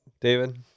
David